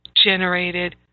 generated